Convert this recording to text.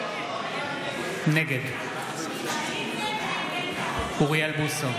נגד אוריאל בוסו,